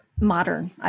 modern